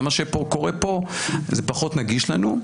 ומה שקורה פה פחות נגיש לנו.